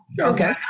Okay